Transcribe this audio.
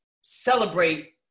celebrate